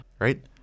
Right